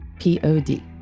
P-O-D